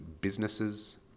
businesses